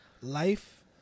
life